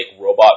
robot